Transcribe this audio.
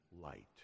light